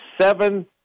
seven